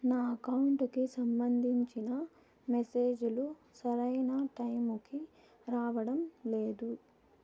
నా అకౌంట్ కి సంబంధించిన మెసేజ్ లు సరైన టైముకి రావడం లేదు